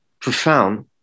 profound